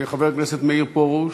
חבר הכנסת מאיר פרוש,